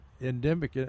endemic